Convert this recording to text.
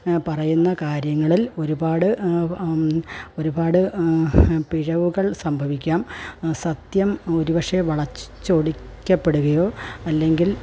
പറയുന്ന കാര്യങ്ങളിൽ ഒരുപാട് ഒരുപാട് പിഴവുകൾ സംഭവിക്കാം സത്യം ഒരുപക്ഷെ വളച്ചൊടിക്കപ്പെടുകയോ അല്ലെങ്കിൽ